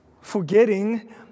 forgetting